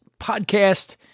podcast